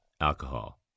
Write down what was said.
alcohol